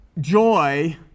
joy